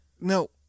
No